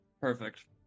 Perfect